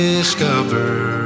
discover